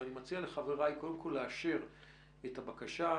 ואני מציע לחבריי קודם כל לאשר את הבקשה.